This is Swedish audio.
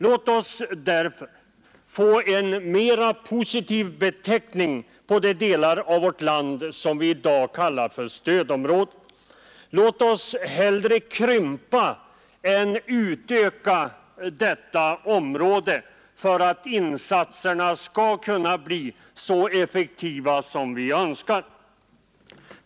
Låt oss därför få en mera positiv beteckning på de delar av vårt land som vi i dag kallar för stödområdet! Låt oss hellre krympa än utöka detta område för att insatserna skall kunna bli så effektiva som vi önskar!